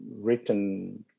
written